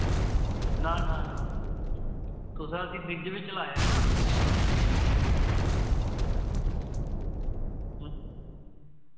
ना ना ना तुसें उसी फ्रिज़ बिच लाया हा ना